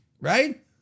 right